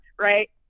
right